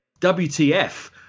WTF